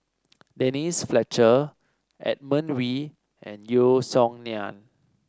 Denise Fletcher Edmund Wee and Yeo Song Nian